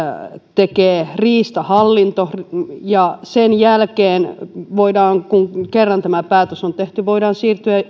tekee riistahallinto ja sen jälkeen kun kerran tämä päätös on tehty voidaan siirtyä